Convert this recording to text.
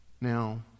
Now